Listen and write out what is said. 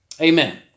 Amen